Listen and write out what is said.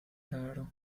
raro